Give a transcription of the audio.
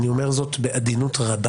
אני אומר זאת בעדינות רבה